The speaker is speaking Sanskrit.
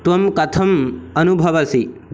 त्वं कथम् अनुभवसि